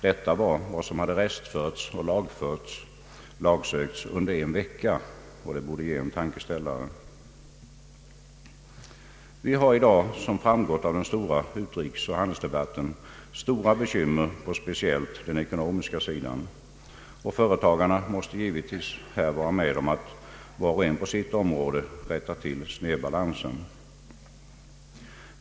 Detta var vad som restförts och lagsökts under en vecka, och det borde ge en tankeställare. Herr talman! Vi har i dag, som framgått av den stora utrikesoch handelsdebatten, stora bekymmer på speciellt den ekonomiska sidan. Och företagarna måste givetvis här vara med om att var och en på sitt område rätta till snedbalansen.